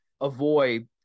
avoid